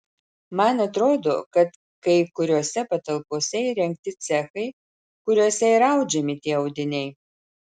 man atrodo kad kai kuriose patalpose įrengti cechai kuriuose ir audžiami tie audiniai